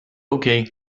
okay